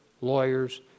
lawyers